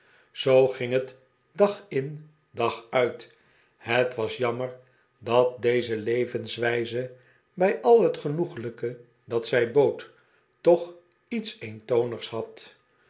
zoo ging het dag in dag ult het was jammer dat deze levenswijze bij al het genoeglijke dat zij bood toch iets eentonigs had